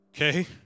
Okay